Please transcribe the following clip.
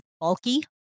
bulky